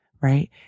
Right